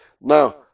Now